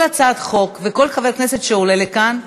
כל הצעת חוק וכל חבר כנסת שעולה לכאן,